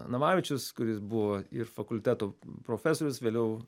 namavičius kuris buvo ir fakulteto profesorius vėliau